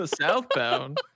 Southbound